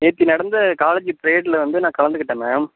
நேற்று நடந்த காலேஜ் பிரேயரில் வந்து நான் கலந்துக்கிட்டேன் மேம்